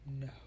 No